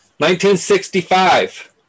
1965